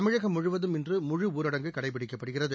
தமிழகம் முழுவதும் இன்று முழுஊரடங்கு கடைபிடிக்கப்படுகிறது